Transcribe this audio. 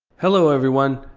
hello everyone.